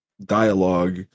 dialogue